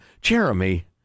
Jeremy